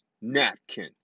napkin